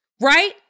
right